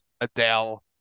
Adele